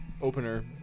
Opener